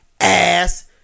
ass